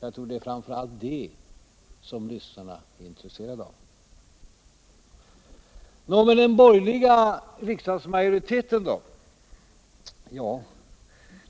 Jag tror att det framför allt är det som lyssnarna är intresserade av. Nå. men den borgerliga riksdagsmajoriteten då?